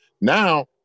Now